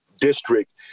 district